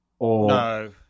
No